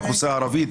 האוכלוסייה הערבית,